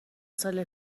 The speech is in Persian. سال